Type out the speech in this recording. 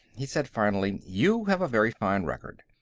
he said finally, you have a very fine record.